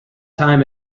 time